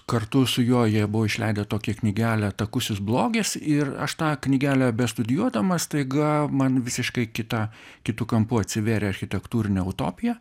kartu su juo jie buvo išleidę tokią knygelę takusis blogis ir aš tą knygelę bestudijuodamas staiga man visiškai kita kitu kampu atsiverė architektūrinė utopija